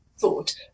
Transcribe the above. thought